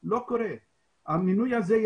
אבל לא יכול להיות שאנחנו כל פעם שוברים את השיא הזה,